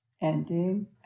Ending